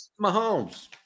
Mahomes